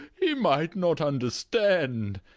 he might not understand.